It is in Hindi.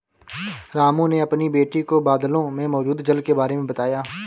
रामू ने अपनी बेटी को बादलों में मौजूद जल के बारे में बताया